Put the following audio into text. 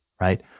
right